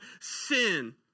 sin